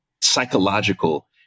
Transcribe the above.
psychological